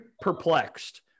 perplexed